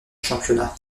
championnat